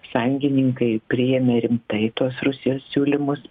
sąjungininkai priėmė rimtai tuos rusijos siūlymus